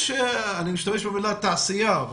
אני משתמש במילה תעשייה.